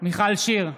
מיכל שיר סגמן,